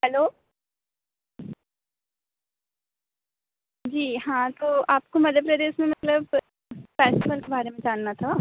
hello जी हाँ तो आपको मतलब मेरे उसमें मतलब फे़स्टिवल के बारे में जानना था